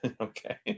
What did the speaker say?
okay